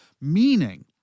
meaning